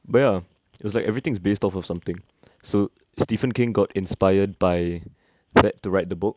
but ya it was like everything is based off of something so stephen king got inspired by that to write the book